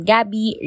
Gabby